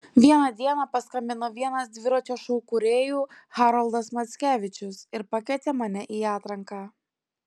vieną dieną paskambino vienas dviračio šou kūrėjų haroldas mackevičius ir pakvietė mane į atranką